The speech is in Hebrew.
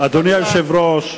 אדוני היושב-ראש,